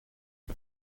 sin